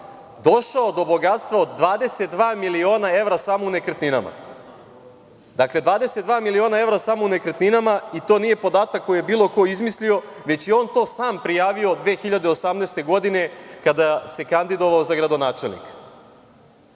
došao do bogatstva od 22 miliona evra samo u nekretninama. Dakle, 22 miliona evra samo u nekretninama i to nije podatak koji je bilo ko izmislio, već je on to sam prijavio 2018. godine kada se kandidovao za gradonačelnika. Tih